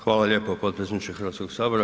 Hvala lijepo potpredsjedniče Hrvatskog sabora.